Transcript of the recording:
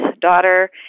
daughter